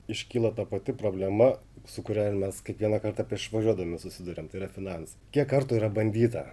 iškila ta pati problema su kuria mes kiekvieną kartą prieš važiuodami susiduriam tai yra finansai kiek kartų yra bandyta